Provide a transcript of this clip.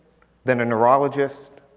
then a neurologist,